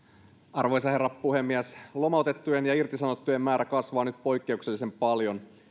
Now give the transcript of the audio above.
arvoisa herra puhemies lomautettujen ja irtisanottujen määrä kasvaa nyt poikkeuksellisen paljon